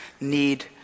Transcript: need